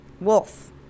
Wolf